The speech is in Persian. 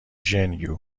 gen